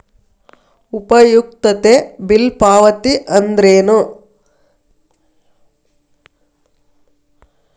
ಉಪಯುಕ್ತತೆ ಬಿಲ್ ಪಾವತಿ ಅಂದ್ರೇನು?